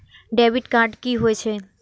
Debit card कि होई छै?